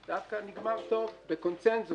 זה דווקא נגמר טוב בקונצנזוס.